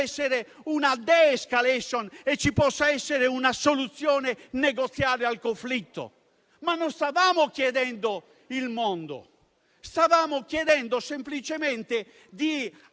una *de-escalation* e una soluzione negoziale al conflitto? Non stavamo chiedendo il mondo; stavamo chiedendo semplicemente, da